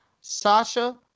Sasha